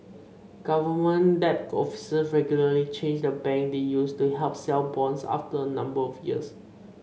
government debt officer regularly change the banks they use to help sell bonds after a number of years